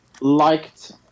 liked